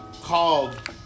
called